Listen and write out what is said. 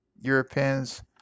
Europeans